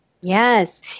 Yes